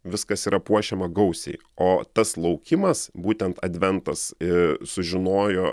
viskas yra puošiama gausiai o tas laukimas būtent adventas i sužinojo